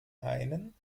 einen